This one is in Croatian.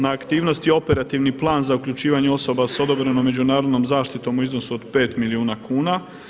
Na aktivnosti – Operativni plan za uključivanje osoba s odobrenom međunarodnom zaštitom u iznosu od 5 milijuna kuna.